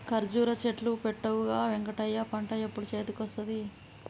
కర్జురా చెట్లు పెట్టవుగా వెంకటయ్య పంట ఎప్పుడు చేతికొస్తది